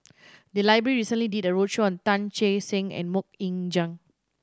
the library recently did a roadshow on Tan Che Sang and Mok Ying Jang